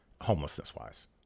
homelessness-wise